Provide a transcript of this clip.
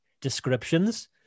descriptions